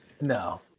No